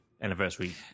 anniversary